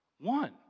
One